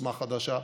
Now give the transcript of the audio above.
עוצמה חדשה,